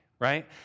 right